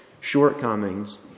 shortcomings